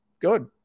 good